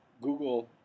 Google